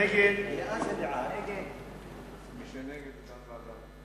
מי שנגד הוא בעד ועדה.